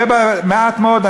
ומעט מאוד,